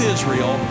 Israel